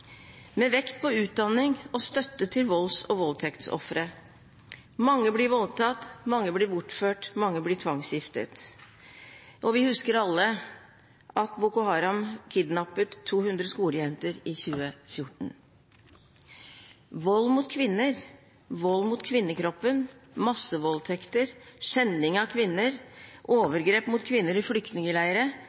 med vekt på utdanning og støtte til volds- og voldtektsofre. Mange blir voldtatt, mange blir bortført, mange blir tvangsgiftet, og vi husker alle at Boko Haram kidnappet 200 skolejenter i 2014. Vold mot kvinner, vold mot kvinnekroppen, massevoldtekter, skjending av kvinner, overgrep mot kvinner i